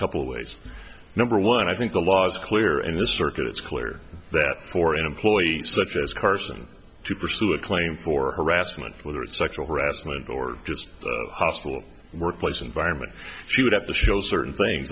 couple of ways number one i think the law's clear and the circuit it's clear that for an employee such as carson to pursue a claim for harassment whether it's sexual harassment or just hostile workplace environment she would have to show certain things